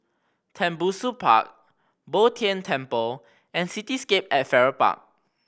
Tembusu Park Bo Tien Temple and Cityscape at Farrer Park